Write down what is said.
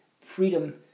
freedom